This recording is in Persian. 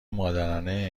مادرانه